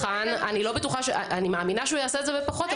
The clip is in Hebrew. אני מאמינה שהוא יעשה את זה בפחות,